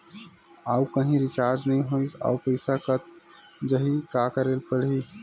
आऊ कहीं रिचार्ज नई होइस आऊ पईसा कत जहीं का करेला पढाही?